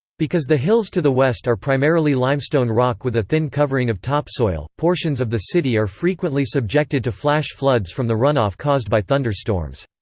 because the hills to the west are primarily limestone rock with a thin covering of topsoil, portions of the city are frequently subjected to flash floods from the runoff caused by thunderstorms.